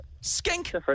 Skink